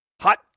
hot